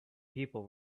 people